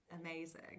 amazing